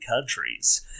countries